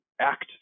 act